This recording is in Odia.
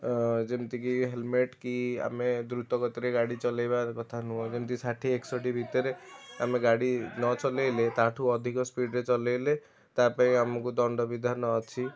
ଅ ଯେମିତି କି ହେଲମେଟ କି ଆମେ ଦ୍ରୁତ ଗତିରେ ଗାଡ଼ି ଚଲାଇବା କଥା ନୁହଁ ଯେମିତି ଷାଠିଏ ଏକଷଠି ଭିତରେ ଆମେ ଗାଡ଼ି ନ ଚଲାଇଲେ ତା ଠୁ ଅଧିକ ସ୍ପୀଡ଼ ରେ ଚଲାଇଲେ ତା ପାଇଁ ଆମକୁ ଦଣ୍ଡ ବିଧାନ ଅଛି